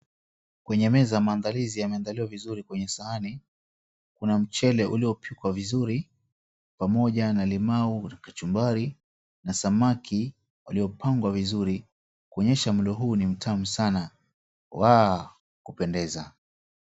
Kwenye meza maandalizi yameandaliwa vizuri kwenye sahani. Kuna mchele uliopikwa vizuri pamoja na limau na kachumbari na samaki waliopangwa vizuri kuonyesha mlo huu ni mtamu sana wa kupendeza.